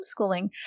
homeschooling